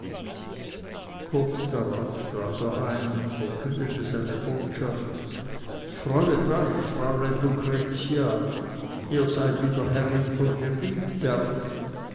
kurz darauf trat er ein und verkündete seine botschaft freuet euch fräulein lucretia ihr seid wieder herrin von riedberg